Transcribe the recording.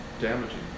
damaging